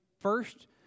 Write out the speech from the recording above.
first